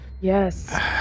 yes